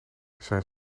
zijn